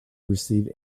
receive